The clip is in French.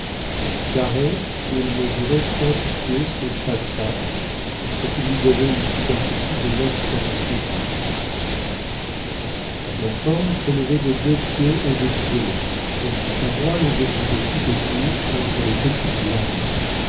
carré il mesurait trente pieds sur chaque face ce qui lui donnait une superficie de neuf cents pieds carrés sa plate-forme s'élevait de deux pieds au-dessus de l'eau et ses parois le défendaient tout autour contre les petites lames